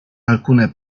alcune